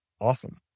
awesome